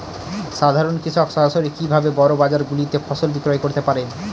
সাধারন কৃষক সরাসরি কি ভাবে বড় বাজার গুলিতে ফসল বিক্রয় করতে পারে?